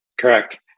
Correct